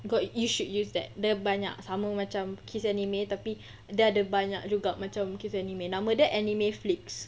got you should use that dia banyak sama macam kiss anime tapi dia ada banyak juga macam kiss anime nama dia anime flix